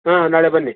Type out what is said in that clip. ಹಾಂ ನಾಳೆ ಬನ್ನಿ